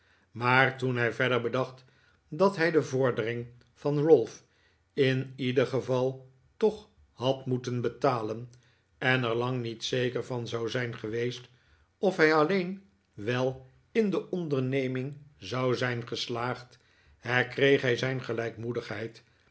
maar toen hij verder bedacht dat hij de vordering van ralph in ieder geval toch had moeten betalen en er lang niet zeker van zou zijn geweest of hij alleen wel in de onderneming zou zijn geslaagd herkreeg hij zijn gelijkmoedigheid